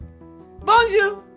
Bonjour